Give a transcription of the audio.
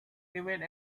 even